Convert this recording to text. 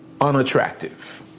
unattractive